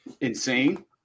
insane